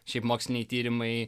šiaip moksliniai tyrimai